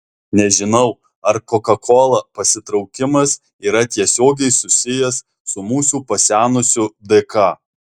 nežinau ar koka kola pasitraukimas yra tiesiogiai susijęs su mūsų pasenusiu dk